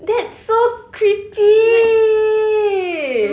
that's so creepy